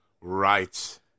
Right